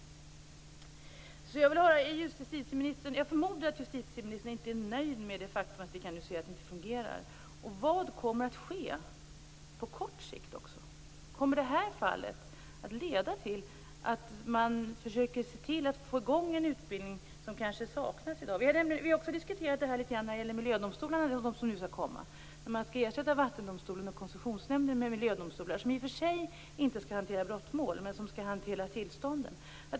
Så jag förmodar att justitieministern inte är nöjd med det faktum att vi nu kan se att det inte fungerar. Vad kommer att ske på kort sikt? Kommer det här fallet att leda till att man försöker se till att få i gång en utbildning som kanske saknas i dag? Vi har också diskuterat det här när det gäller miljödomstolarna som nu skall komma. Man skall ersätta Vattendomstolen och Koncessionsnämnden med miljödomstolar. De skall i och för sig inte hantera brottmål, men de skall hantera tillstånd.